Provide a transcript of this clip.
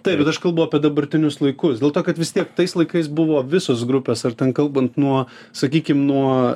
taip bet aš kalbu apie dabartinius laikus dėl to kad vis tiek tais laikais buvo visos grupės ar ten kalbant nuo sakykim nuo